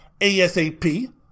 ASAP